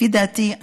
לפי דעתי,